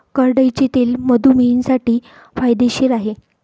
करडईचे तेल मधुमेहींसाठी फायदेशीर आहे